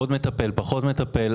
עוד מטפל או פחות מטפל,